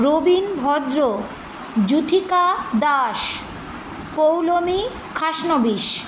Rabin Bhadra Juthika Das Poulami Khasnabish